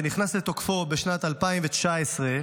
שנכנס לתוקפו בשנת 2019,